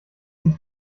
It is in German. sich